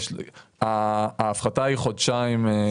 ההפחתה היא חודשיים בסולר,